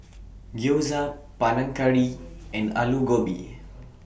Gyoza Panang Curry and Alu Gobi